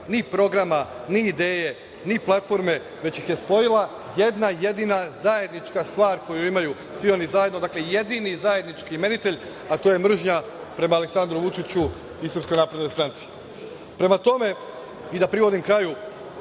ni programa, ni ideje, ni platforme, već ih je spojila jedna jedina zajednička stvar koju imaju svi oni zajedno, dakle, jedini zajednički imenitelj, a to je mržnja prema Aleksandru Vučiću i Srpskoj naprednoj stranci. Prema tome, izuzetno je